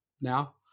now